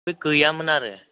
बे गैयामोन आरो